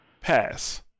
pass